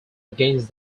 against